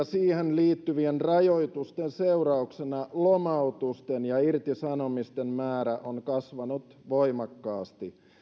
siihen liittyvien rajoitusten seurauksena lomautusten ja irtisanomisten määrä on kasvanut voimakkaasti